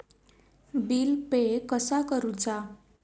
Bill pay कसा करुचा?